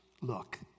look